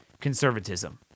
conservatism